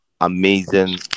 amazing